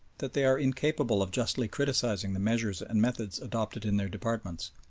that they are incapable of justly criticising the measures and methods adopted in their departments.